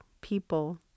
people